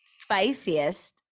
spiciest